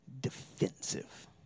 defensive